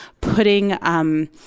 putting –